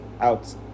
out